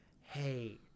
hey